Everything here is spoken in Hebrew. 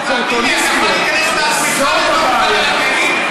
זאת הבעיה.